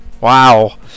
Wow